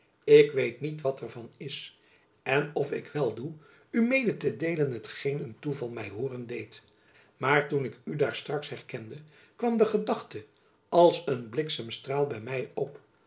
ik weet niet wat er van is en of ik wel doe u mede te deelen hetgeen een toeval my hooren deed maar toen ik u daar straks herkende kwam de gedachte als een bliksemstraal by my op